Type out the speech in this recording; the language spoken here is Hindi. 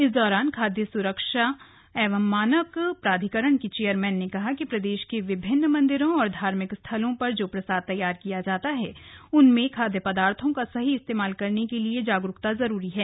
इस दौरान भारतीय खाद्य संरक्षा एवं मानक प्राधिकरण की चेयरमैन ने कहा कि प्रदेश के विभिन्न मंदिरों और धार्मिक स्थलों पर जो प्रसाद तैयार किया जाता है उसमें खाद्य पदार्थों का सही इस्तेमाल करने के लिए जागरूकता जरूरी है